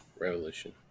revolution